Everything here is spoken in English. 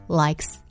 likes